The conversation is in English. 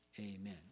Amen